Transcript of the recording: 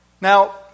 Now